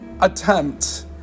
attempt